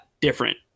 different